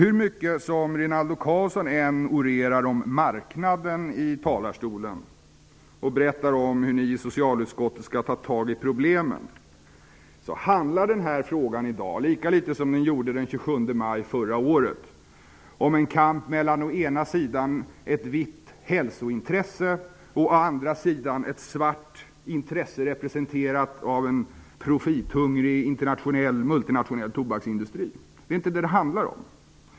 Hur mycket Rinaldo Karlsson än orerar om marknaden i talarstolen och berättar om hur ni i socialutskottet skall ta tag i problemen handlar den här frågan i dag lika litet som den gjorde det den 27 maj förra året om en kamp mellan å ena sidan ett vitt hälsointresse och å andra sidan ett svart intresse representerat av en profithungrig multinationell tobaksindustri. Det är inte vad det handlar om.